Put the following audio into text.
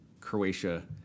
Croatia